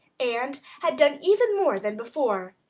and had done even more than before.